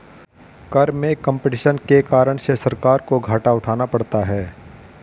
कर में कम्पटीशन के कारण से सरकार को घाटा उठाना पड़ता है